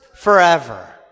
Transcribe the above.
Forever